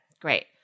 Great